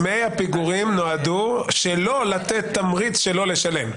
דמי הפיגורים נועדו שלא לתת תמריץ שלא לשלם.